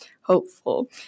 hopeful